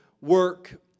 work